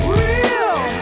real